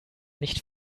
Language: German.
nicht